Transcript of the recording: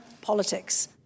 politics